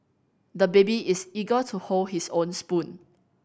the baby is eager to hold his own spoon